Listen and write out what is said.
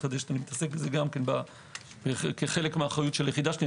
ומתעסק בזה כחלק מהאחריות של היחידה שלי,